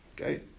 Okay